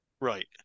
Right